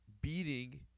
beating